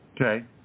Okay